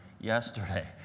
yesterday